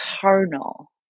carnal